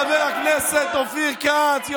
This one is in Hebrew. חבר הכנסת אופיר כץ,